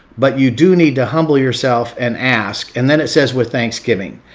but you do need to humble yourself and ask. and then it says, with thanksgiving.